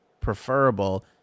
preferable